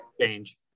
change